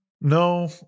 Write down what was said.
no